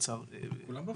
------ סליחה